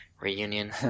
reunion